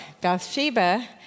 Bathsheba